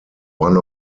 one